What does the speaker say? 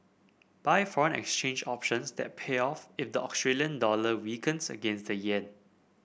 buy foreign exchange options that pay off if the Australian dollar weakens against the yen